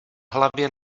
hlavě